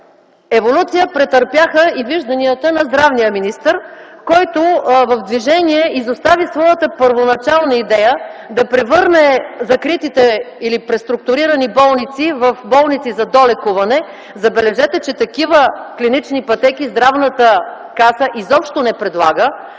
Еволюция претърпяха и вижданията на здравния министър, който в движение изостави своята първоначална идея да превърне закритите или преструктурирани болници в болници за долекуване (забележете, че такива клинични пътеки Здравната каса изобщо не предлага)